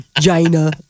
China